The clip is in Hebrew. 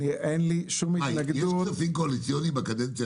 עדיין בוודאי שחסרים תקציבים,